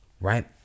Right